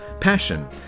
Passion